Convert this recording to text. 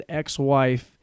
ex-wife